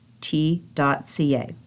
T.ca